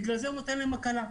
בגלל זה הוא נותן להם הקלה.